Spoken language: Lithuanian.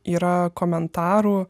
yra komentarų